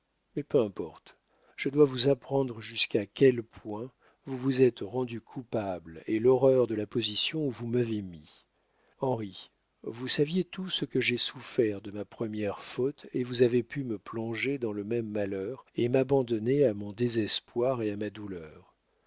mais peu importe je dois vous apprendre jusquà quelle poing vous vous etes rendu coupable et l'orreur de la position où vous m'avez mis henry vous saviez tout ce que j'ai souffert de ma promière faute et vous avez pu mé plonger dans le même malheur et m'abendonner à mon desespoir et à ma douleur